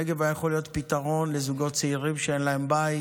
הנגב היה יכול להיות פתרון לזוגות צעירים שאין להם בית,